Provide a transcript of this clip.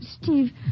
Steve